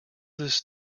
this